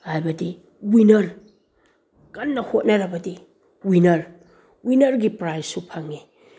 ꯍꯥꯏꯕꯗꯤ ꯋꯤꯅꯔ ꯀꯟꯅ ꯍꯣꯠꯅꯔꯕꯗꯤ ꯋꯤꯅꯔ ꯋꯤꯅꯔꯒꯤ ꯄ꯭ꯔꯥꯏꯖꯁꯨ ꯐꯪꯉꯤ